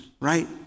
Right